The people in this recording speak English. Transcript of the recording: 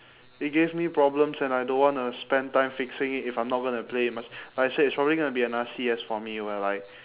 it gave me problems and I don't wanna spend time fixing it if I'm not gonna play much but I said it's probably gonna be another C_S for me where like